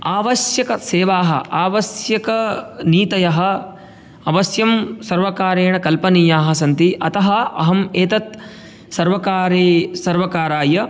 आवश्यकसेवाः आवश्यकनीतयः अवश्यं सर्वकारेण कल्पनीयाः सन्ति अतः अहम् एतत् सर्वकारे सर्वकाराय